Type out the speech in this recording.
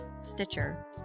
Stitcher